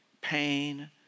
pain